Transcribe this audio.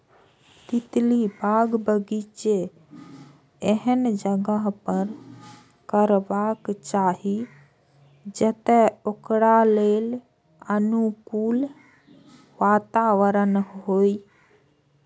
तितली बागबानी एहन जगह पर करबाक चाही, जतय ओकरा लेल अनुकूल वातावरण होइ